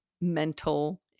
mental